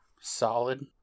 Solid